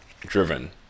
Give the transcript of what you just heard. driven